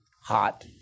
hot